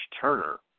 Turner